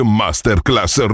masterclass